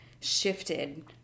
shifted